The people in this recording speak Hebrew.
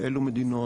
באילו מדינות?